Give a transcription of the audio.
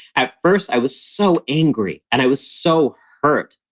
at first i was so angry and i was so hurt.